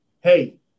hey